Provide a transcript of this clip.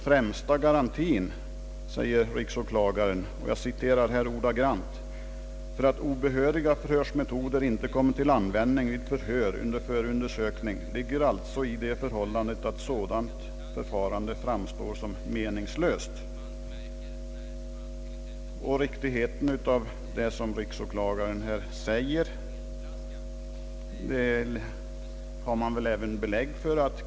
»Främsta garantin», säger riksåklagaren, »för att obehöriga förhörsmetoder inte kommer till användning vid förhör under förundersökning ligger alltså i det förhållandet att sådant förfarande framstår som meningslöst». Vad riksåklagaren uttalat torde även vara riktigt.